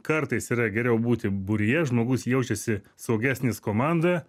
kartais yra geriau būti būryje žmogus jaučiasi saugesnis komandoje